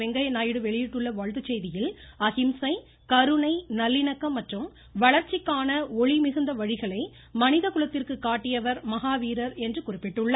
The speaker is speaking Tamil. வெங்கய்ய நாயுடு வெளியிட்டுள்ள வாழ்த்துச் செய்தியில் அஹிம்சை கருணை நல்லிணக்கம் மற்றும் வளர்ச்சிக்கான அளிமிகுந்த வழிகளை மனித குலத்திற்கு காட்டியவர் மஹாவீரர் என குறிப்பிட்டுள்ளார்